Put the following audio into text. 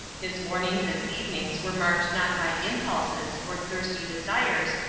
his mornings and evenings were marked not by impulses or thirsty desires,